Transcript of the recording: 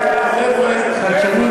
חבר'ה, חבר'ה,